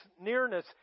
nearness